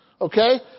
Okay